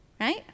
Right